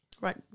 Right